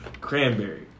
cranberry